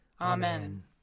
Amen